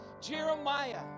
Jeremiah